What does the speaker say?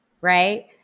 Right